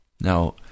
Now